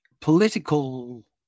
political